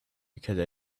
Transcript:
because